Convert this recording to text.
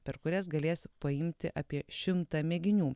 per kurias galės paimti apie šimtą mėginių